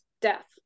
death